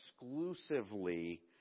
exclusively